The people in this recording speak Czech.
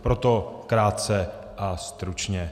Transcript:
Proto krátce a stručně.